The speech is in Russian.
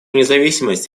независимость